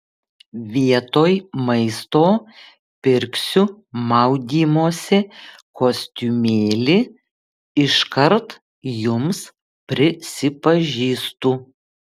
vietoj maisto pirksiu maudymosi kostiumėlį iškart jums prisipažįstu